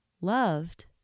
loved